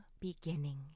beginning